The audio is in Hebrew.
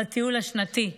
לטיול השנתי,